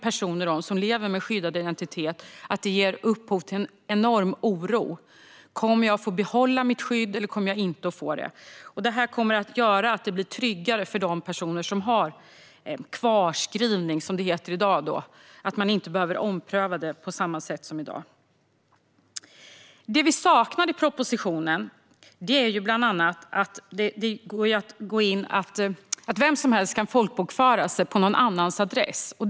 Personer som lever med skyddad identitet vittnar om att varje omprövning ger upphov till en enorm oro. Kommer jag att få behålla mitt skydd, eller kommer jag inte att få det? Det här kommer att göra att det blir tryggare för de personer som har kvarskrivning, som det heter i dag. Det kommer inte att behöva omprövas på samma sätt som i dag. Det vi saknar i propositionen handlar om detta att vem som helst kan folkbokföra sig på någon annans adress.